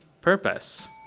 purpose